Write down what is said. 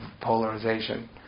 polarization